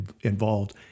involved